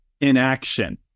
inaction